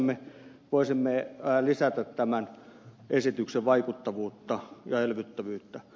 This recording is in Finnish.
näin voisimme lisätä tämän esityksen vaikuttavuutta ja elvyttävyyttä